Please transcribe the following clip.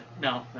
No